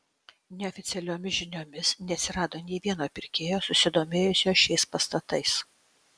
neoficialiomis žiniomis neatsirado nė vieno pirkėjo susidomėjusio šiais pastatais